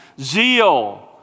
zeal